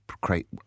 create